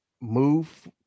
move